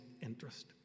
interest